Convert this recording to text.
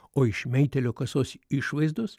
o iš meitėlio kasos išvaizdos